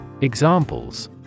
Examples